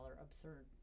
absurd